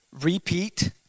repeat